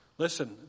Listen